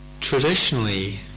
traditionally